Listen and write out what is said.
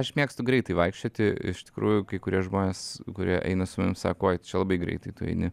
aš mėgstu greitai vaikščioti iš tikrųjų kai kurie žmonės kurie eina su manim sako oi čia labai greitai tu eini